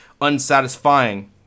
unsatisfying